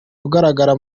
ugaragara